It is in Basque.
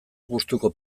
gustuko